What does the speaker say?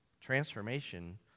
transformation